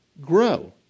grow